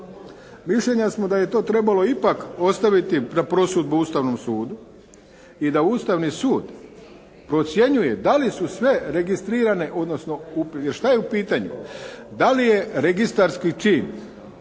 Mišljenja smo da je to trebalo ipak ostaviti na prosudbu Ustavnom sudu i da Ustavni sud procjenjuje da li su sve registrirane, odnosno šta je u pitanju. Da li je registarski čin